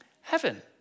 Heaven